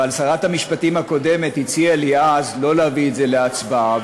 אבל שרת המשפטים הקודמת הציעה לי אז שלא להביא את זה להצבעה,